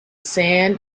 sand